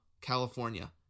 California